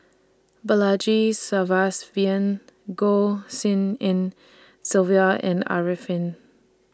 Balaji Sadasivan Goh Tshin En Sylvia and Arifin